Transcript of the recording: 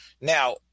Now